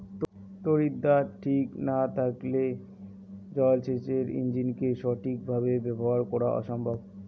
তড়িৎদ্বার ঠিক না থাকলে জল সেচের ইণ্জিনকে সঠিক ভাবে ব্যবহার করা অসম্ভব